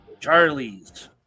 Charlie's